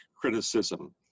criticism